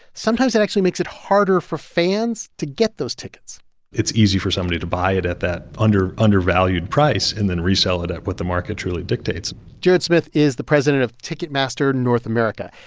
sometimes it actually makes it harder for fans to get those tickets it's easy for somebody to buy it at that undervalued price and then resell it at what the market truly dictates jared smith is the president of ticketmaster north america,